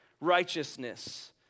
righteousness